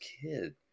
kid